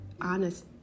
honest